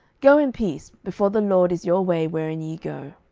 go in peace before the lord is your way wherein ye go.